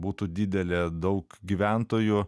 būtų didelė daug gyventojų